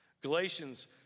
Galatians